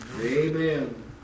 Amen